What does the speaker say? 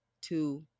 two